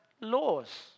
laws